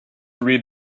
read